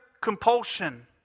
compulsion